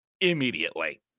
immediately